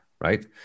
right